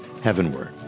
heavenward